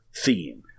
theme